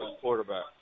quarterback